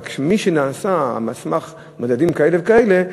אבל מה שנעשה על סמך מדדים כאלה וכאלה,